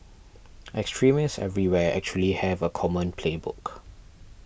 extremists everywhere actually have a common playbook